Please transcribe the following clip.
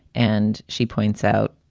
and she points out,